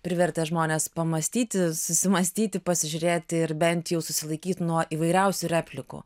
privertė žmones pamąstyti susimąstyti pasižiūrėti ir bent jau susilaikyt nuo įvairiausių replikų